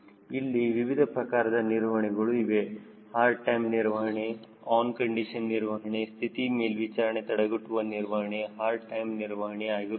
ಇಲ್ಲಿ ವಿವಿಧ ಪ್ರಕಾರದ ನಿರ್ವಹಣೆಗಳು ಇವೆ ಅಂದರೆ ಹಾರ್ಡ್ ಟೈಮ್ ನಿರ್ವಹಣೆ ಆನ್ ಕಂಡೀಶನ್ ನಿರ್ವಹಣೆ ಸ್ಥಿತಿ ಮೇಲ್ವಿಚಾರಣೆ ತಡೆಗಟ್ಟುವ ನಿರ್ವಹಣೆ ಹಾರ್ಡ್ ಟೈಮ್ ನಿರ್ವಹಣೆ ಆಗಿರುತ್ತದೆ